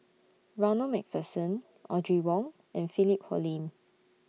Ronald MacPherson Audrey Wong and Philip Hoalim